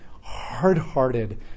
hard-hearted